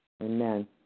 Amen